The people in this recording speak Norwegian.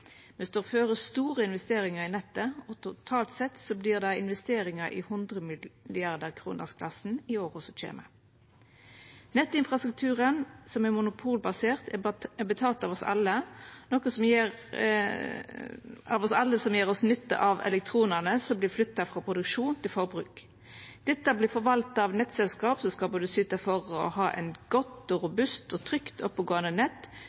står føre store investeringar i nettet, og totalt sett vert det investeringar i hundremilliardarkronersklassen i åra som kjem. Nettinfrastrukturen, som er monopolbasert, er betalt av alle oss som gjer oss nytte av at elektrona vert flytta frå produksjon til forbruk. Dette vert forvalta av nettselskap som skal syta for eit godt, robust, trygt og oppegåande nett,